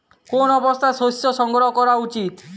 কোন অবস্থায় শস্য সংগ্রহ করা উচিৎ?